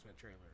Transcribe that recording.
trailer